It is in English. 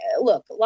look